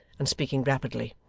and speaking rapidly,